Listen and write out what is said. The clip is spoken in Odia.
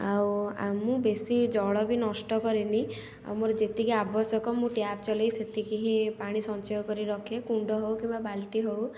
ଆଉ ମୁଁ ବେଶି ଜଳ ବି ନଷ୍ଟ କରେନି ଆଉ ମୋର ଯେତିକି ଆବଶ୍ୟକ ମୁଁ ଟ୍ୟାପ୍ ଚଲେଇ ସେତିକି ହିଁ ପାଣି ସଞ୍ଚୟ କରି ରଖେ କୁଣ୍ଡ ହେଉ କିମ୍ବା ବାଲ୍ଟି ହେଉ